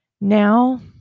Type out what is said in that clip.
Now